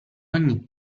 ogni